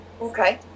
Okay